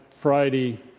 Friday